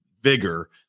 vigor